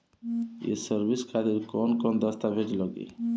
ये सर्विस खातिर कौन कौन दस्तावेज लगी?